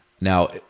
Now